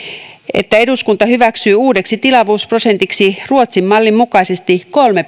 että eduskunta hyväksyy uudeksi tilavuusprosentiksi ruotsin mallin mukaisesti kolme